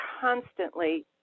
constantly